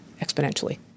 exponentially